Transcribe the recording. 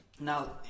Now